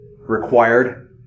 required